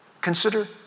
Consider